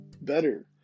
better